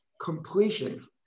completion